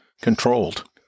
controlled